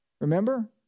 Remember